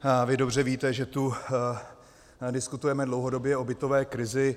Vy dobře víte, že tu diskutujeme dlouhodobě o bytové krizi.